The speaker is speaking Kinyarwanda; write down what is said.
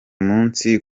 munsi